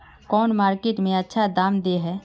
कौन मार्केट में अच्छा दाम दे है?